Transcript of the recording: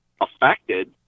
affected